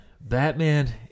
Batman